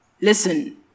listen